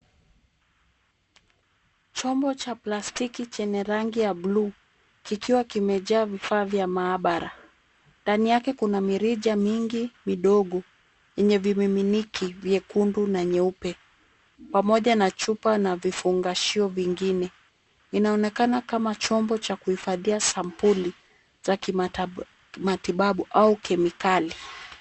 Chombo cha plastiki chenye rangi ya blue kikiwa kimejaa vifaa vya maabara ,ndani yake kuna mirija mingi midogo yenye vimiminiki vyekundu na nyeupe, pamoja na chupa na vifungashio vingine, inaonekana kama chombo cha kuhifadhi sampuli za kimatibabu au kemikali.